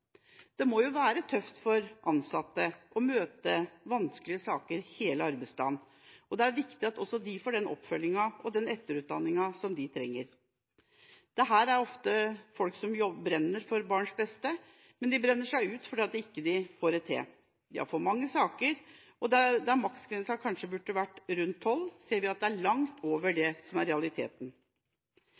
Det må være tøft for ansatte å møte vanskelige saker gjennom hele arbeidsdagen, og det er viktig at også de får den oppfølginga og den etterutdanninga som de trenger. Dette er ofte folk som brenner for barns beste, men de brenner seg ut fordi de ikke får det til. De har for mange saker. Maksgrensen burde kanskje være rundt tolv, men vi ser at det er langt over det som er realiteten.